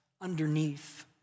underneath